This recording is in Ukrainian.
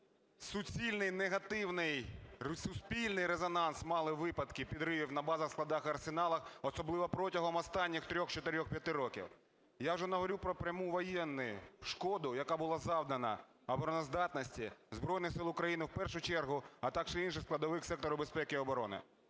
суцільний, негативний суспільний резонанс мали випадки підривів на базах, складах і арсеналах, особливо протягом останніх 3-х, 4-х, 5-ти років. Я вже не говорю про пряму воєнну шкоду, яка була завдана обороноздатності Збройних Сил України в першу чергу, а також інших складових сектору безпеки і оборони.